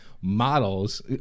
models